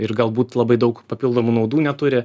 ir galbūt labai daug papildomų naudų neturi